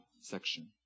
section